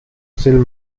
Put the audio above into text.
still